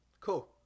Cool